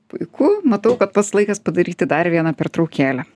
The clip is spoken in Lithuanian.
puiku matau kad pats laikas padaryti dar vieną pertraukėlę